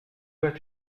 vas